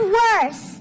worse